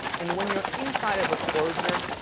and when you're inside of a closure,